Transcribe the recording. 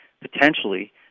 potentially